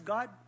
God